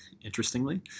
interestingly